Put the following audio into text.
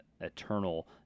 eternal